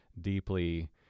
deeply